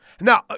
Now